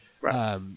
Right